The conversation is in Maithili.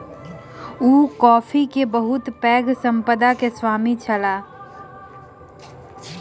ओ कॉफ़ी के बहुत पैघ संपदा के स्वामी छलाह